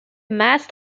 mast